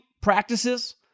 practices